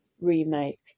remake